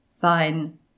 fine